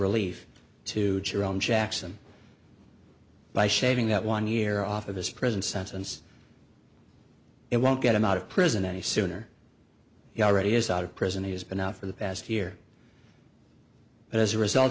relief to cheer on jackson by shaving that one year off of his prison sentence it won't get him out of prison any sooner he already is out of prison he has been out for the past year but as a result